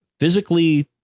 physically